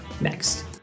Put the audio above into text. next